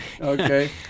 Okay